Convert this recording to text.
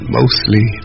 mostly